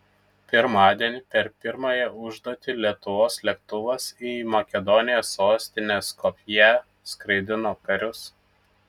pirmadienį per pirmąją užduotį lietuvos lėktuvas į makedonijos sostinę skopję skraidino karius